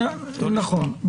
נכון.